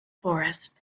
forest